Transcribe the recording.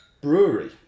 brewery